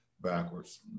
backwards